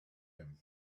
him